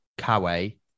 Kawe